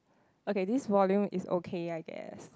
okay this volume is okay I guess